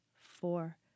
four